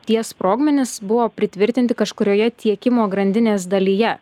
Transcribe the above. tie sprogmenys buvo pritvirtinti kažkurioje tiekimo grandinės dalyje